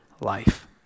life